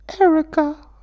Erica